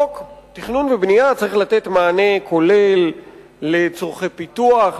חוק תכנון ובנייה צריך לתת מענה כולל לצורכי פיתוח,